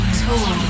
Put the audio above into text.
tour